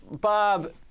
Bob